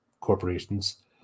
corporations